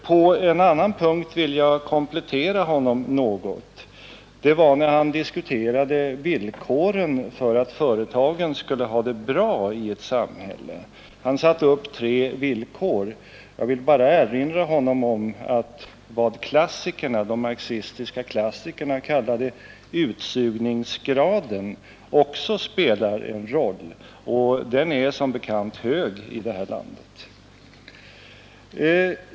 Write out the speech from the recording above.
På en annan punkt vill jag komplettera finansministern något, nämligen då han diskuterade villkoren för att företag skall ha det bra i ett samhälle. Han satte upp tre villkor. Jag vill bara erinra honom om att vad de marxistiska klassikerna kallade utsugningsgraden också spelar en roll. Den är som bekant hög i detta land.